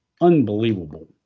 unbelievable